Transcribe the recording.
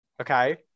Okay